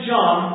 John